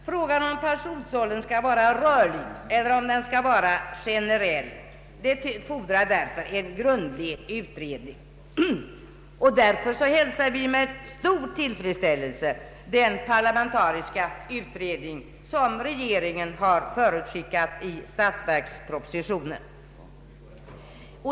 Frågan om huruvida pensionsåldern skall vara rörlig eller generell fordrar därför en grundlig utredning. Vi hälsar således med stor tillfredsställelse den parlamentariska utredning som regeringen har förutskickat i statsverkspropositionen.